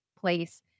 place